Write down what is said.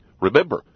Remember